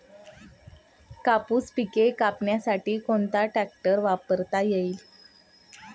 कापूस पिके कापण्यासाठी कोणता ट्रॅक्टर वापरता येईल?